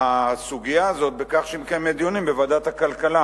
הסוגיה הזאת בכך שהיא מקיימת דיונים בוועדת הכלכלה,